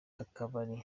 akabari